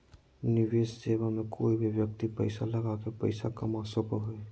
निवेश सेवा मे कोय भी व्यक्ति पैसा लगा के पैसा कमा सको हय